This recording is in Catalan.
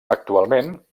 actualment